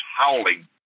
howling